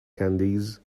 candies